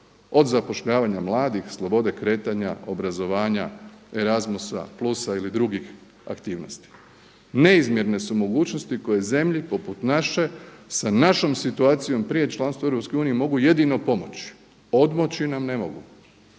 od zapošljavanja mladih, slobode kretanja, obrazovanja, Erasmusa plusa ili drugih aktivnosti. Neizmjerne su mogućnosti koje zemlji poput naše sa našom situacijom prije članstva u Europskoj uniji mogu jedino pomoći, odmoći nam ne mogu.